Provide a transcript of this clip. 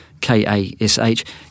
K-A-S-H